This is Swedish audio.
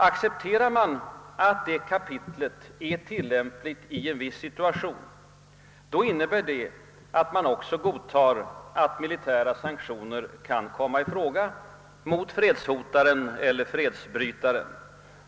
Accepterar man att detta kapitel är tillämpligt i en viss situation, innebär det att man också godtar att militära sanktioner kan komma i fråga mot fredshotaren eller fredsbrytaren.